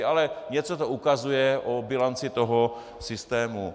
Ale něco to ukazuje o bilanci systému.